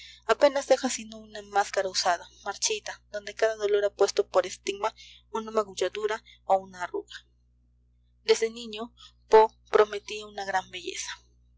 apenas deja sino una máscara usada marchita donde cada dolor ha puesto por estigma una magulladura o una arruga desde niño poe prometía una gran belleza